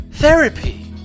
therapy